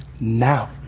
now